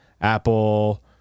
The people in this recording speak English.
Apple